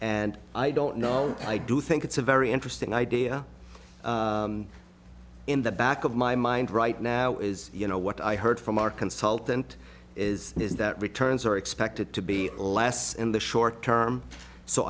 and i don't know i do think it's a very interesting idea in the back of my mind right now is you know what i heard from our consultant is is that returns are expected to be last in the short term so